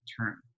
term